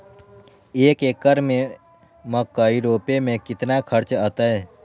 एक एकर में मकई रोपे में कितना खर्च अतै?